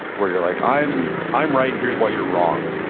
where you're like, i'm i'm right and here's why you're wrong.